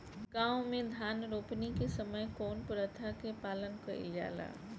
गाँव मे धान रोपनी के समय कउन प्रथा के पालन कइल जाला?